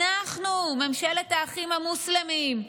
אנחנו ממשלת האחים המוסלמים.